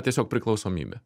tiesiog priklausomybė